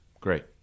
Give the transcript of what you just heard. Great